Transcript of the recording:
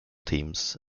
teams